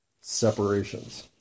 separations